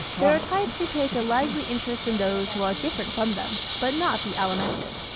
there are types who take a lively interest in those who are different from them, but not the alimentive.